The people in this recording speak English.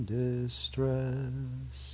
distress